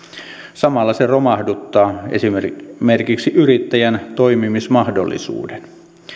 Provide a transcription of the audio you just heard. samalla se romahduttaa esimerkiksi esimerkiksi yrittäjän toimimismahdollisuuden